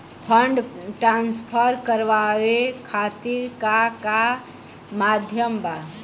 Fund transfer करवाये खातीर का का माध्यम बा?